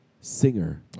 singer